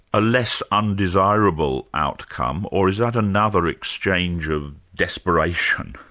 a less undesirable outcome, or is that another exchange of desperation?